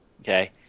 Okay